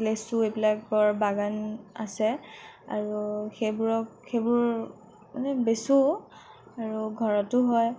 লেচু এইবিলাকৰ বাগান আছে আৰু সেইবোৰক সেইবোৰ মানে বেচোঁ আৰু ঘৰতো হয়